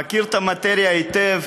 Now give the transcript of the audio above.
אני מכיר את המאטריה היטב.